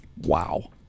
Wow